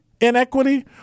inequity